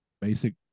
basic